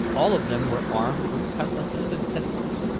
all of them were armed with cutlasses and pistols,